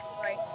right